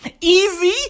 Easy